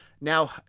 Now